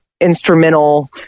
instrumental